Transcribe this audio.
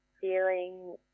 feeling